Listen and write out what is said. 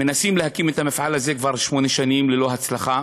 מנסים להקים את המפעל הזה כבר שמונה שנים ללא הצלחה,